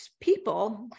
people